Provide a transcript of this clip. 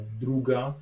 druga